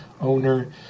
owner